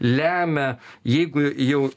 lemia jeigu jau